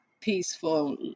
peaceful